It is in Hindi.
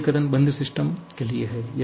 अब ये कथन बंद सिस्टम के लिए हैं